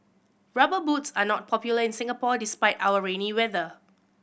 Rubber Boots are not popular in Singapore despite our rainy weather